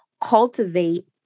cultivate